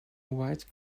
white